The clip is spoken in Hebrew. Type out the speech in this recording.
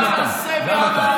אל תתנשא, אל תתנשא מעליי.